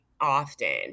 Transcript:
often